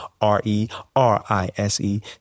R-E-R-I-S-E